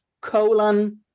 colon